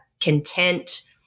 content